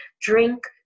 drink